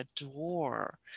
adore